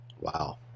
Wow